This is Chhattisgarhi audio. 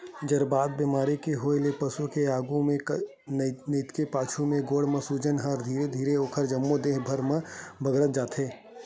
जहरबाद बेमारी के होय ले पसु के आघू के नइते पाछू के गोड़ म सूजन ह धीरे धीरे ओखर जम्मो देहे भर म बगरत जाथे